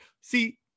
See